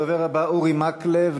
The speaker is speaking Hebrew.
הדובר הבא, אורי מקלב.